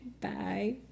Bye